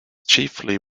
chiefly